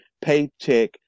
Paycheck